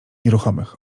nieruchomych